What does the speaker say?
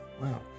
Wow